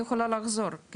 לחזור.